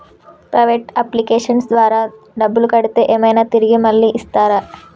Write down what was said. Private అప్లికేషన్ల ద్వారా డబ్బులు కడితే ఏమైనా తిరిగి మళ్ళీ ఇస్తరా?